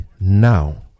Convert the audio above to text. now